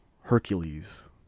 Hercules